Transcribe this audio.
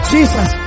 Jesus